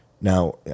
Now